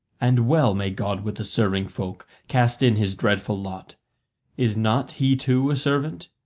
and well may god with the serving-folk cast in his dreadful lot is not he too a servant,